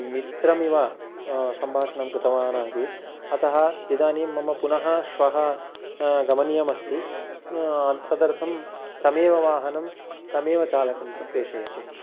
मित्रमिव सम्भाषणं कृतवानासीत् अतः इदानीं मम पुनः श्वः गमनीयमस्ति तदर्थं तदेव वाहनं तमेव चालकं च प्रेषयतु